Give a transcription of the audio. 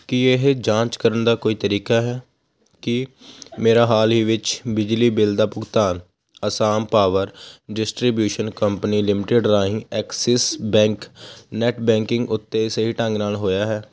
ਕੀ ਇਹ ਜਾਂਚ ਕਰਨ ਦਾ ਕੋਈ ਤਰੀਕਾ ਹੈ ਕੀ ਮੇਰਾ ਹਾਲ ਹੀ ਵਿੱਚ ਬਿਜਲੀ ਬਿੱਲ ਦਾ ਭੁਗਤਾਨ Assam power distribution company limited ਰਾਹੀਂ ਐਕਸਿਸ ਬੈਂਕ ਨੈੱਟ ਬੈਂਕਿੰਗ ਉੱਤੇ ਸਹੀ ਢੰਗ ਨਾਲ ਹੋਇਆ ਹੈ